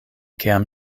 kiam